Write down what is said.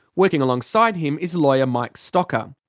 working alongside him is lawyer mike stocker.